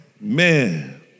Man